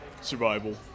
Survival